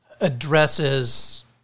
addresses